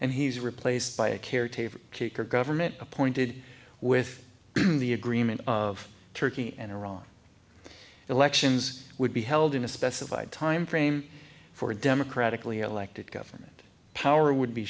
and he's replaced by a caretaker kicker government appointed with the agreement of turkey and iran elections would be held in a specified time frame for a democratically elected government power would